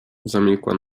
zamilkła